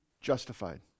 justified